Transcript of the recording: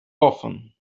often